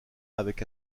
avec